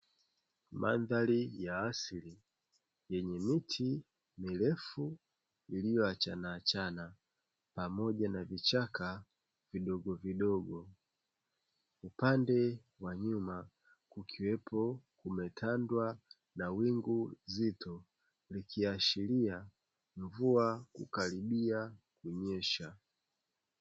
Mandhari ya asili yenye miti mirefu iliyoachana achana pamoja na vichaka vidogo vidogo. Upande wa nyuma kukiwepo kumetandwa na wingu zito likiashiria mvua kukaribia kunyeshea.